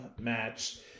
match